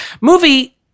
movie